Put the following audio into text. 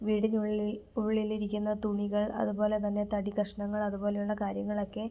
വീടിനുള്ളില് ഉള്ളിലിരിക്കുന്ന തുണികൾ അതുപോലെതന്നെ തടിക്കഷ്ണങ്ങൾ അതുപോലെയുള്ള കാര്യങ്ങളൊക്കെ